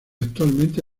actualmente